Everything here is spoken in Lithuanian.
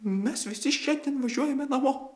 mes visi šiandien važiuojame namo